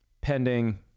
pending